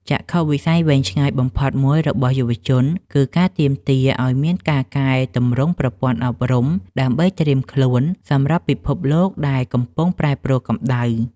ចក្ខុវិស័យវែងឆ្ងាយបំផុតមួយរបស់យុវជន គឺការទាមទារឱ្យមានការកែទម្រង់ប្រព័ន្ធអប់រំ ដើម្បីត្រៀមខ្លួនសម្រាប់ពិភពលោកដែលកំពុងប្រែប្រួលកម្ដៅ។